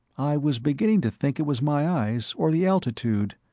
i was beginning to think it was my eyes, or the altitude.